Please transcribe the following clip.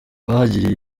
bahagiriye